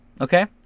Okay